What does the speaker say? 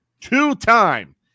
Two-time